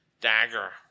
dagger